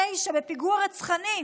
29, בפיגוע רצחני,